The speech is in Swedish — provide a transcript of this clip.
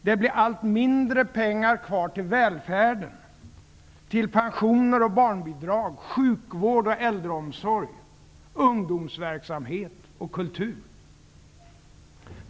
Det blir allt mindre pengar kvar till välfärden, till pensioner och barnbidrag, sjukvård och äldreomsorg, ungomsverksamhet och kultur.